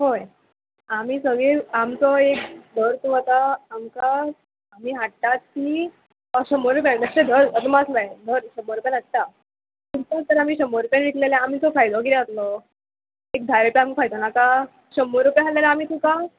हय आमी सगळी आमचो एक धर तूं आतां आमकां आमी हाडटात ती शंबर रुपया धर अदमास लाय मेळ्ळें धर शंबर रुपया हाडटा तुमकां तर आमी शंबर रुपया विकले जाल्यार आमचो फायदो किदें जातलो एक धा रुपया आमकां फायदो नाका शंबर रुपया आहले जाल्यार आमी तुका